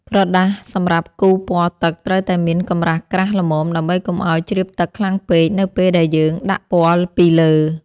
ក្រដាសសម្រាប់គូរពណ៌ទឹកត្រូវតែមានកម្រាស់ក្រាស់ល្មមដើម្បីកុំឱ្យជ្រាបទឹកខ្លាំងពេកនៅពេលដែលយើងដាក់ពណ៌ពីលើ។